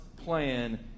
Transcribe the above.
plan